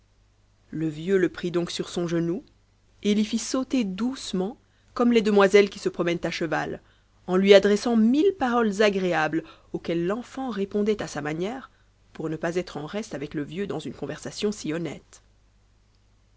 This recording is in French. le vieux le prit donc sur son genou et fy nt sauter doucement comme les demoiselles qui se promènent cheval en lui adressant mille paroles agréables auxquelles l'entant repondait à sa manière pour no pas être en reste avec le vieux dans une conversation si honnête